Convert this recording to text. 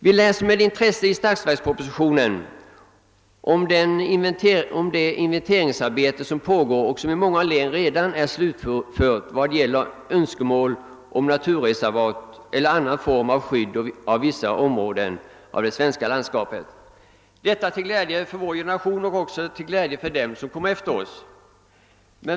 Vi läser med intresse i statsverkspropositionen om det inventeringsarbete, som pågår och som i många län redan är slutfört, beträffande önskemål om naturreservat eller annan form av skydd för vissa områden inom det svenska landskapet till glädje för vår generation men även för dem som kommer efter oss.